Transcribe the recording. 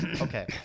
Okay